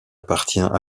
appartient